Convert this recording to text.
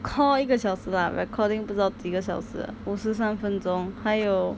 count 一个小时 lah recording 不知道几个小时五十三分钟还有